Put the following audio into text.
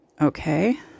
Okay